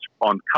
on